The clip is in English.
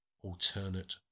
alternate